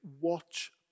watch